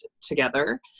together